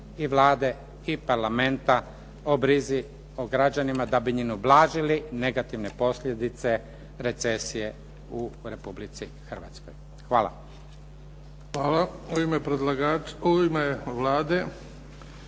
i Vlade i parlamenta o brizi, o građanima da bi im ublažili negativne posljedice recesije u Republici Hrvatskoj. Hvala. **Bebić, Luka